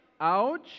Ouch